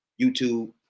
YouTube